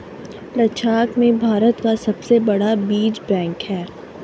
लद्दाख में भारत का सबसे बड़ा बीज बैंक है